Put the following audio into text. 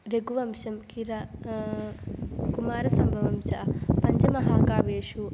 रघुवंशं किरा कुमारसम्भवं च पञ्चमहाकाव्येषु